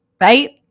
right